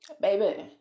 baby